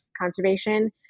conservation